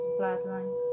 bloodline